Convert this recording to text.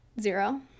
zero